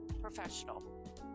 professional